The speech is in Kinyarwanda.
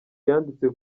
yanditse